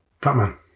Batman